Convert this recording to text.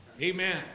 Amen